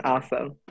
Awesome